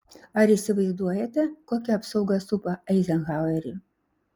ar įsivaizduojate kokia apsauga supa eizenhauerį